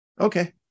Okay